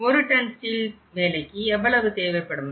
1 ton steel வேலைக்கு எவ்வளவு தேவைப்படும்